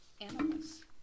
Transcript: animals